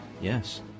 Yes